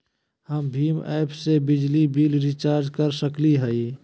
हम भीम ऐप से बिजली बिल रिचार्ज कर सकली हई?